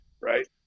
right